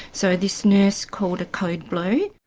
so this nurse called a code blue.